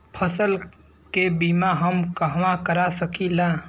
फसल के बिमा हम कहवा करा सकीला?